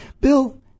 Bill